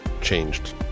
changed